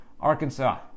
Arkansas